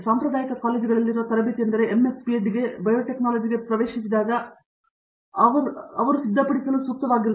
ಸಾಂಪ್ರದಾಯಿಕ ಕಾಲೇಜುಗಳಲ್ಲಿರುವ ತರಬೇತಿ ಎಂದರೆ MS PhD ಗೆ ಬಯೋಟೆಕ್ನಾಲಜಿಗೆ ಪ್ರವೇಶಿಸಿದಾಗ ಅವುಗಳನ್ನು ಸಿದ್ಧಪಡಿಸಲು ಸೂಕ್ತವಾದದ್ದು